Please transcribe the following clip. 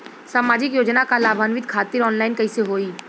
सामाजिक योजना क लाभान्वित खातिर ऑनलाइन कईसे होई?